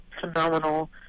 phenomenal